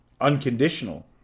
unconditional